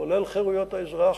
כולל את חירויות האזרח,